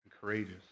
courageous